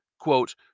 quote